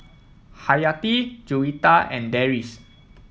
Haryati Juwita and Deris